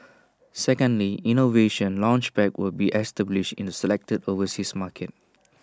secondly innovation Launchpads will be established in selected overseas markets